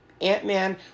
Ant-Man